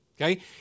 Okay